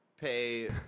pay